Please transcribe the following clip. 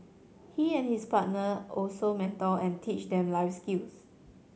he and his partner also mentor and teach them life skills